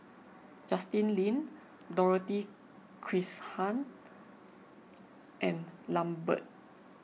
Justin Lean Dorothy Krishnan and Lambert